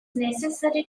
necessary